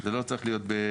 זה לא צריך להיות בדיון פה.